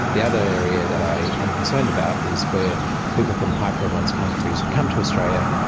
the other area that i am concerned about is where people from high prevalence countries come to australia,